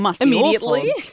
immediately